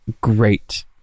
great